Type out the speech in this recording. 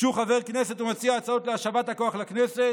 כשהוא חבר כנסת הוא מציע הצעות להשבת הכוח לכנסת,